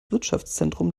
wirtschaftszentrum